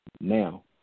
now